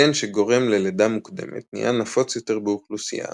הגן שגורם ללידה מוקדמת נהיה נפוץ יותר באוכלוסייה